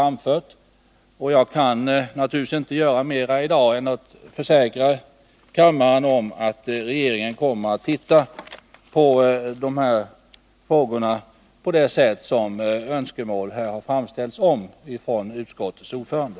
I dag kan jag inte göra mer än att försäkra kammaren om att regeringen kommer att se på de här frågorna på det sätt som det har framställts önskemål om från utskottets ordförande.